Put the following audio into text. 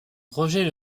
roger